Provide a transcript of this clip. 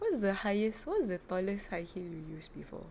what's the highest what's the tallest high heels you used before